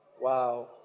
Wow